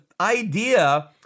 idea